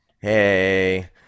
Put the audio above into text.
Hey